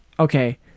Okay